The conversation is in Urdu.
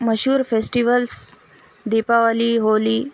مشہور فیسٹولس دیپاولی ہولی